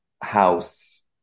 house